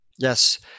Yes